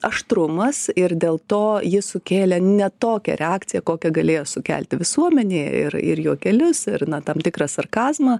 aštrumas ir dėl to ji sukėlė ne tokią reakciją kokią galėjo sukelti visuomenėj ir ir juokelius ir na tam tikrą sarkazmą